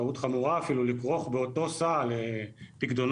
טעות חמורה אפילו לכרוך באותו הסל פיקדונות